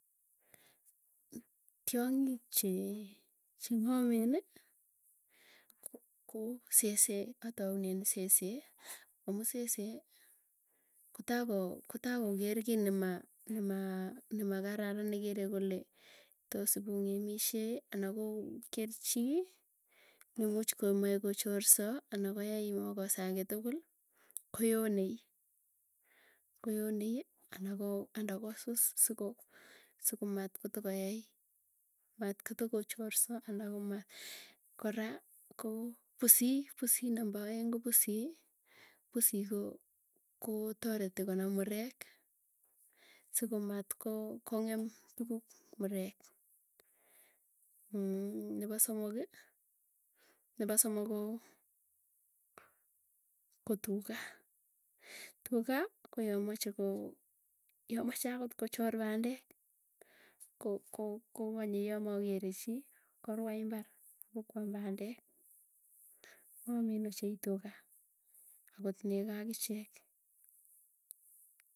Tiong'ik che, ching'omeni ko ko sesee ataunen sesee amu sesee, kotaa ko kotaa ko ker ki nema nemaa, nema kararan nekere kole tos ipung'eshee ana koo kerchii ne muuch komoe kochorsa ana koyaemokosa ake tukul, koyonei. Koyonei ana koo anda ko suus suko, suko matkotoyai matkotochorsa ana koma, kora ko pusii, pusii number aeng ko pusii. Pusii ko koo toreti konam murek sikomatko kong'em tuguk murek. Nepo somoki, nepo somok koo, ko tuga tuga koyamoche koo yamache akot kochor pandek, ko ko koganye yamakerechii korwai imbarr pokwam pandee. Ng'omeen ochei tuga akot nego akichek.